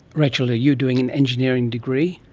rachael, are you doing an engineering degree?